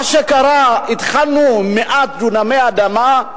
מה שקרה, התחלנו עם מעט דונמי אדמה,